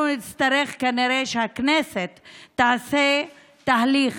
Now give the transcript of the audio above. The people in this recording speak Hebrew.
אנחנו נצטרך כנראה שהכנסת תעשה תהליך